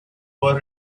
were